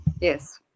Yes